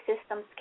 systems